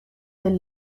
del